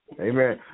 Amen